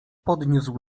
podniósł